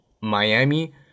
Miami